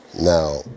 Now